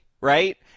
right